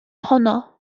honno